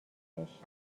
بهش